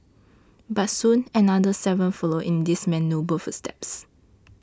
but soon another seven followed in this man's noble footsteps